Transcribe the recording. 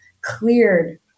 cleared